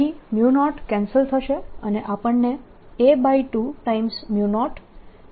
અહીં 0 કેન્સલ થશે અને આપણને a20K K